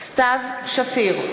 סתיו שפיר,